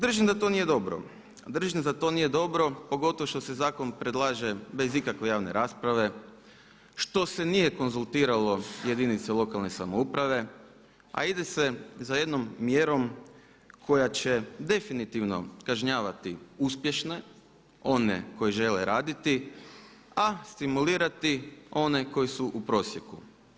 Držim da to nije dobro pogotovo što se zakon predlaže bez ikakve javne rasprave, što se nije konzultiralo jedinice lokalne samouprave, a ide se za jednom mjerom koja će definitivno kažnjavati uspješne, one koji žele raditi, a stimulirati one koji su u prosjeku.